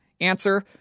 answer